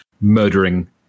murdering